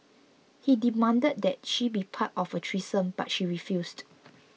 he demanded that she be part of a threesome but she refused